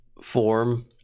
form